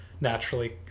naturally